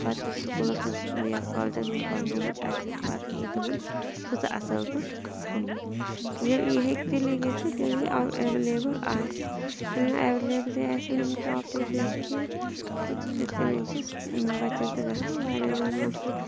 پَتہٕ یُس سکوٗلَس منٛز یا کالجَن منٛز پَرنومُت آسہِ پَتہٕ یی تِمَن سُہ تہٕ اَصٕل پٲٹھۍ سَمٕجھ ییٚلہِ یہِ ہیٚکہِ تیٚلے گٔژھِتھ ییٚلہِ ایولیبل آسہِ ییٚلہِ نہٕ ایولیبٕلے آسن أمۍ ٹاپِک یا کیٚنٛہہ تہٕ تِتھ کنن چھِ بَچان تہِ گژھان واریاہ زیادٕ نۄقصان